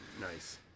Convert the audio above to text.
nice